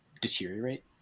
deteriorate